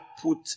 put